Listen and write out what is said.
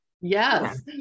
Yes